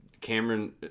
Cameron